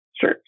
Sure